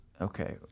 Okay